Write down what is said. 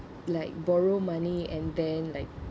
like borrow money and then like